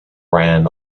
ran